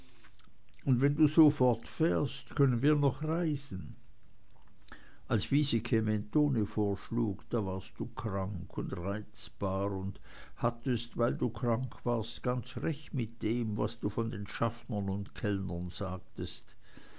und wenn du so fortfährst können wir noch reisen als wiesike mentone vorschlug da warst du krank und reizbar und hattest weil du krank warst ganz recht mit dem was du von den schaffnern und kellnern sagtest